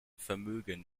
vermögen